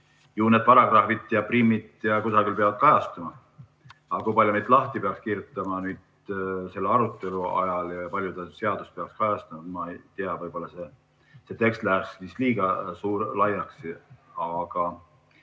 ju need paragrahvid japrim'id kusagil peavad kajastuma. Kui palju neid lahti peaks kirjutama selle arutelu ajal ja kui palju seadus peaks kajastama, ma ei tea, võib-olla see tekst läheks siis liiga laiaks. Aga